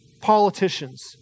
politicians